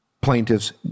plaintiffs